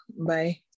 bye